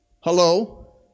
Hello